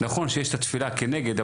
נכון שיש את התפילה כנגד,